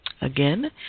again